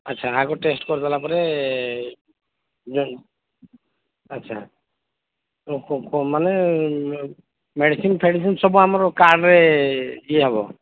ଆଚ୍ଛା ଆଗ ଟେଷ୍ଟ୍ କରି ଦେଲା ପରେ ଯେ ଆଚ୍ଛା ମାନେ ମେଡିସିନ୍ ଫେଡିସିନ୍ ସବୁ ଆମର କାର୍ଡ୍ରେ ଇଏ ହେବ